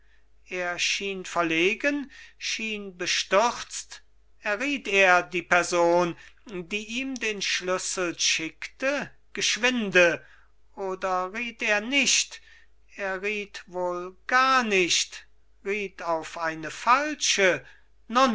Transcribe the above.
schien verlegen schien bestürzt erriet er die person die ihm den schlüssel schickte geschwinde oder riet er nicht er riet wohl gar nicht riet auf eine falsche